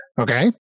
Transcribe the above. Okay